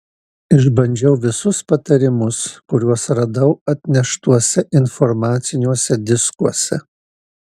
išbandžiau visus patarimus kuriuos radau atneštuose informaciniuose diskuose